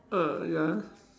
ah ya